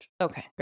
Okay